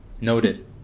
Noted